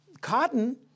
cotton